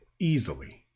easily